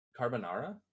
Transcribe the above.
Carbonara